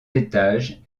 étages